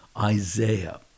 Isaiah